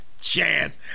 chance